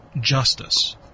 justice